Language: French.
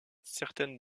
certaines